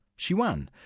she won,